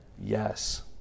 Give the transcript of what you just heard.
Yes